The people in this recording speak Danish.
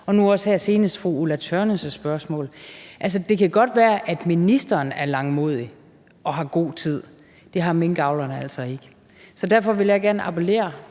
og nu også her senest fru Ulla Tørnæs' spørgsmål. Det kan godt være, at ministeren er langmodig og har god tid; det har minkavlerne altså ikke. Så derfor vil jeg gerne appellere